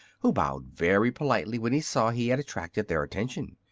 who bowed very politely when he saw he had attracted their attention.